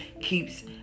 keeps